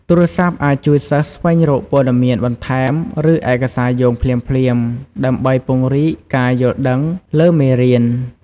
ទូរស័ព្ទអាចជួយសិស្សស្វែងរកព័ត៌មានបន្ថែម ឬឯកសារយោងភ្លាមៗ ដើម្បីពង្រីកការយល់ដឹងលើមេរៀន។